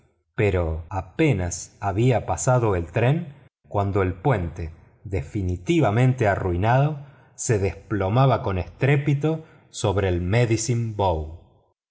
pero apenas había pasado el tren cuando el puente definitivamente arruinado se desplomaba con estrépito sobre el medicine